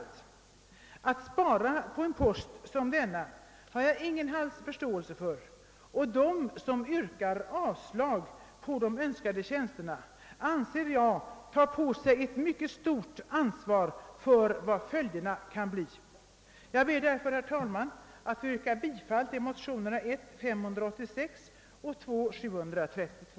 Att man vill spara på en post som denna har jag ingen som helst förståelse för. De som yrkar avslag på de önskade tjänsterna tar på sig ett mycket stort ansvar för följderna härav. Jag ber därför, herr talman, att få yrka bifall till motionerna I:586 och IT: 732;